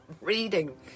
reading